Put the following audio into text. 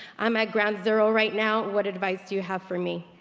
i'm at ground zero right now, what advice do you have for me?